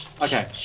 Okay